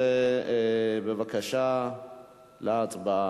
בבקשה להצביע.